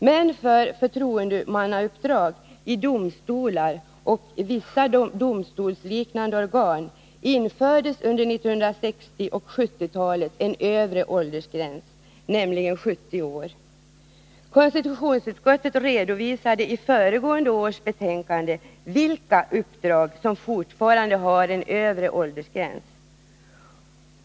Men för förtroendemannauppdrag i domstolar och vissa domstolsliknande organ infördes under 1960 och 1970-talen en övre åldersgräns, nämligen 70 år. Konstitutionsutskottet redovisade i föregående års betänkande vilka uppdrag som fortfarande har en övre åldersgräns.